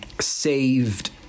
saved